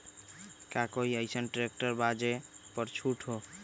का कोइ अईसन ट्रैक्टर बा जे पर छूट हो?